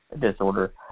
disorder